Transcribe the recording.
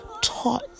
taught